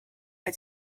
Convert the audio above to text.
but